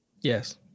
Yes